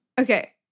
Okay